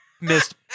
Missed